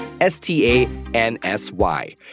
S-T-A-N-S-Y